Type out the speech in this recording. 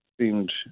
seemed